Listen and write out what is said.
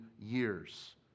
years